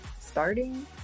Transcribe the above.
starting